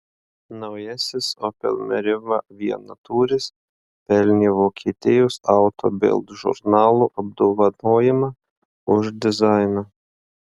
naujasis opel meriva vienatūris pelnė vokietijos auto bild žurnalo apdovanojimą už dizainą